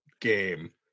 game